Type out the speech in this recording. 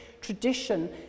tradition